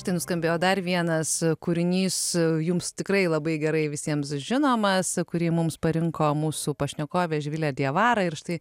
štai nuskambėjo dar vienas kūrinys jums tikrai labai gerai visiems žinomas kurį mums parinko mūsų pašnekovė živilė diavara ir štai